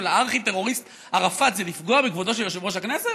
הארכי-טרוריסט ערפאת זה לפגוע בכבודו של יושב-ראש הכנסת?